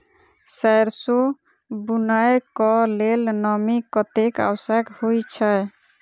सैरसो बुनय कऽ लेल नमी कतेक आवश्यक होइ छै?